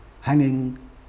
hanging